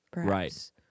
right